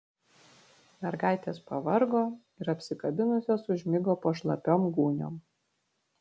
mergaitės pavargo ir apsikabinusios užmigo po šlapiom gūniom